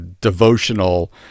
devotional